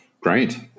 Great